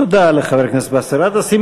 תודה לחבר הכנסת באסל גטאס.